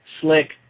Slick